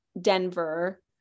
Denver